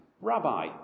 Rabbi